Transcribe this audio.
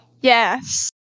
yes